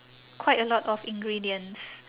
quite a lot of ingredients